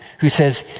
who says,